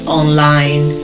online